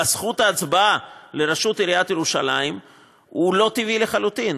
בזכות ההצבעה לראשות עיריית ירושלים הוא לא טבעי לחלוטין,